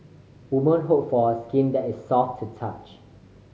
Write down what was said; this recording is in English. women hope for a skin that is soft to touch